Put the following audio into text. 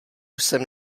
jsem